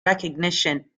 recognition